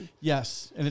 Yes